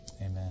Amen